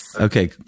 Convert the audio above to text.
Okay